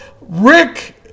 Rick